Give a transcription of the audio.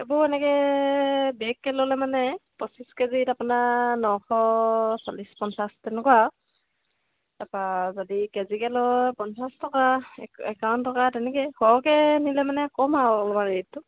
এইবোৰ এনেকে বেগকে ল'লে মানে পঁচিছ কেজিত আপোনাৰ নশ চল্লিছ পঞ্চাছ তেনেকুৱা তাৰ পৰা যদি কেজিকে লয় পঞ্চাছ টকা একাৱন্ন টকা তেনেকে সৰহকে নিলে মানে কম আৰু অলপমান ৰেটটো